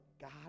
God